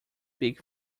big